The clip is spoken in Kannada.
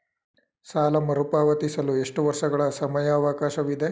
ಸಾಲ ಮರುಪಾವತಿಸಲು ಎಷ್ಟು ವರ್ಷಗಳ ಸಮಯಾವಕಾಶವಿದೆ?